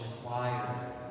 required